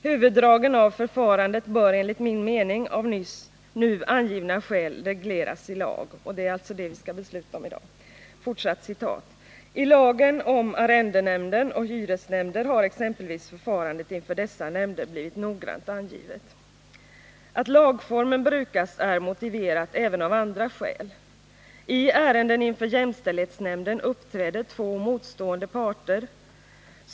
Huvuddragen av förfarandet bör enligt min mening av nu angivna skäl regleras i lag.” — Det är det som vi skall besluta om i dag. ”I lagen om arrendenämnder och hyresnämnder har exempelvis förfarandet inför dessa nämnder blivit noggrant angivet. Att lagformen brukas är motiverat även av andra skäl. I ärenden inför jämställdhetsnämnden uppträder två motstående parter.